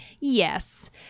yes